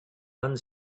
one